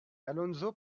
alonso